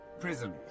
prison